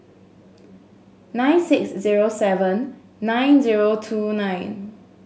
nine six zero seven nine zero two nine